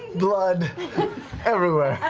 blood everywhere.